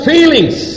Feelings